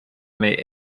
may